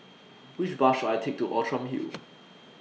Which Bus should I Take to Outram Hill